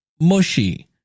mushy